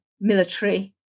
military